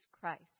Christ